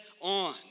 on